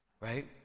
right